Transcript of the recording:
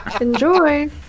Enjoy